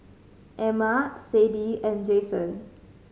Emma Sadie and Jason